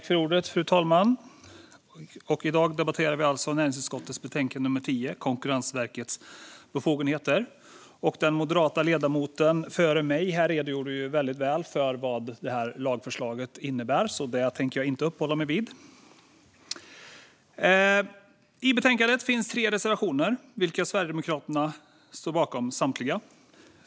Fru talman! I dag debatterar vi näringsutskottets betänkande 2020/21:NU10 Konkurrensverkets befogenheter . Den moderata ledamoten före mig redogjorde väldigt väl för vad det här lagförslaget innebär, så det tänker jag inte uppehålla mig vid. I betänkandet finns tre reservationer, och Sverigedemokraterna står bakom samtliga.